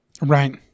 Right